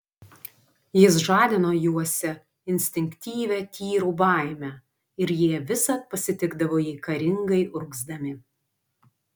jis žadino juose instinktyvią tyrų baimę ir jie visad pasitikdavo jį karingai urgzdami